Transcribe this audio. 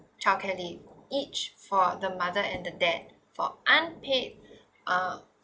childcare leave each for the mother and the dad for unpaid uh